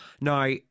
Now